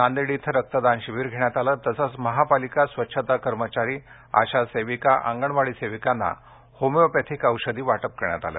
नांदेड इथ रक्तदान शिबीर घेण्यात आलेतसेच महापालिका स्वच्छता कर्मचारीआशा सेविकाअंगणवाडी सेविकाना होमिओपॅथीक औषधी वाटप करण्यात आले